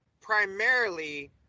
primarily